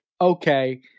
okay